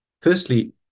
Firstly